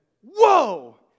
whoa